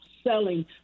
selling